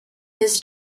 his